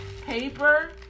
paper